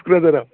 टुक्राझाराव